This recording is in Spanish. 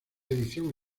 edición